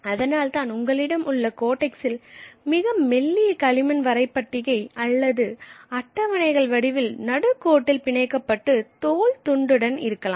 அதனால் தான் உங்களிடம் உள்ள கோடெக்ஸில் மிக மெல்லிய களிமண் வரைபட்டிகை அல்லது அட்டவணைகள் வடிவில் நடுகோட்டில் பிணைக்கப்பட்டு தோல் துண்டுடன் இருக்கலாம்